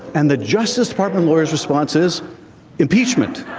and the justice department lawyers responses impeachment,